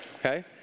Okay